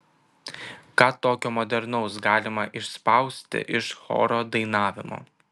ką tokio modernaus galima išspausti iš choro dainavimo